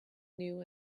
new